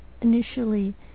initially